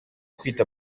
kwita